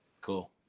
Cool